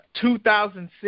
2006